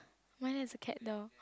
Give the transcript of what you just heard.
mine has a cat door